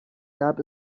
gab